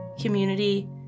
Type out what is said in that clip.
community